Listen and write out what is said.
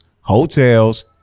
hotels